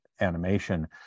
animation